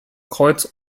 kreuz